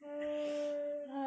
!hais!